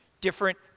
different